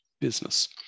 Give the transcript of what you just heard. business